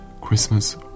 Christmas